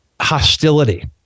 hostility